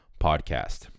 Podcast